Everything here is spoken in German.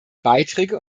beiträge